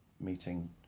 meeting